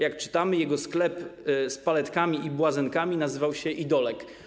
Jak czytamy, jego sklep z paletkami i błazenkami nazywał się ˝Idolek˝